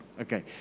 Okay